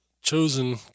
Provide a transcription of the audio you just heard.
chosen